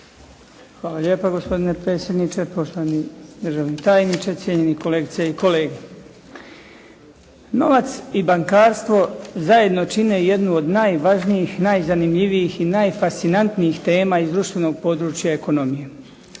Hvala lijepa gospodine predsjedniče, poštovani državni tajniče, cijenjeni kolegice i kolege. Novac i bankarstvo zajedno čine jednu od najvažnijih, najzanimljivijih i najfascinantnijih tema iz društvenog područja ekonomije.